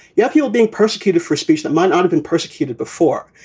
you have people being persecuted for speech that might ah have been persecuted before.